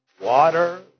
water